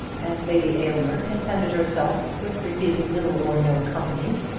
and lady aylmer contented herself with receiving little or no company,